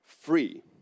free